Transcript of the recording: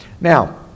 Now